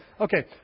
Okay